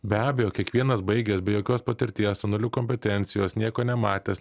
be abejo kiekvienas baigęs be jokios patirties su nuliu kompetencijos nieko nematęs